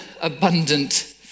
abundant